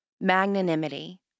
magnanimity